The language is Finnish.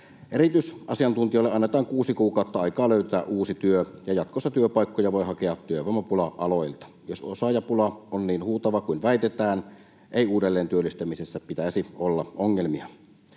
Erityisasiantuntijoille annetaan kuusi kuukautta aikaa löytää uusi työ, ja jatkossa työpaikkoja voi hakea työvoimapula-aloilta. Jos osaajapula on niin huutava kuin väitetään, ei uudelleentyöllistämisessä pitäisi olla ongelmia.